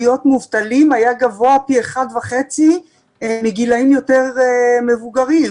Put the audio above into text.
מובטלים היה גבוה פי 1.5 מגילאים יותר מבוגרים,